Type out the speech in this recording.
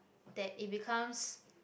that it becomes